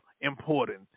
important